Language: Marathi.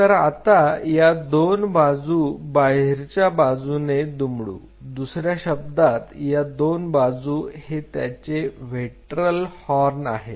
तर आता या दोन बाजू बाहेरच्या बाजूने दुमडू दुसऱ्या शब्दात या दोन बाजू हे त्यांचे व्हेंट्रल हॉर्न आहेत